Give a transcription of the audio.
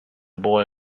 boy